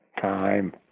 time